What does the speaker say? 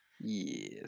Yes